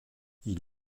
ils